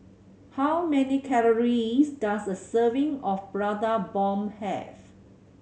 how many calories does a serving of Prata Bomb have